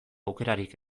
aukerarik